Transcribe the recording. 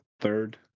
Third